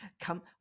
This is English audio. come